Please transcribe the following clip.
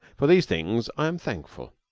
for these things i am thankful.